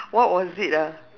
what was it ah